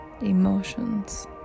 emotions